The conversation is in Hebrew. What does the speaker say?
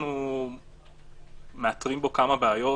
בסעיף